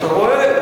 אתה רואה?